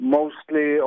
mostly